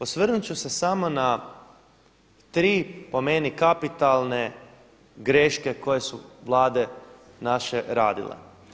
Osvrnut ću se samo na tri po meni kapitalne greške koje su Vlade naše radile.